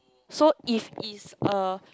so if is a